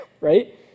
right